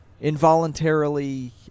involuntarily